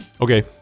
okay